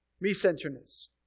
Me-centeredness